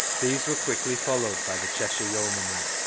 these were quickly followed by the cheshire yeomanry.